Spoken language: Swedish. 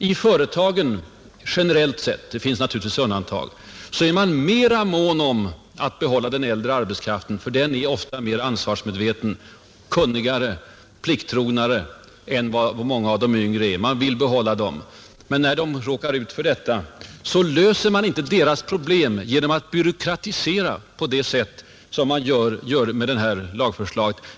I företagen är man generellt sett — det finns naturligtvis undantag — mera mån om att behålla den äldre arbetskraften för den är ofta mera ansvarsmedveten, kunnigare och plikttrognare än vad många av de yngre är, Man vill behålla den. Men när man råkar ut för detta problem löser man det inte genom att byråkratisera på det sätt som sker genom detta lagförslag.